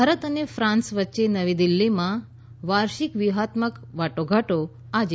ભારત અને ફ્રાંસ વચ્ચે નવી દિલ્હીમાં વાર્ષિક વ્યૂહાત્મક વાટાઘાટો આજે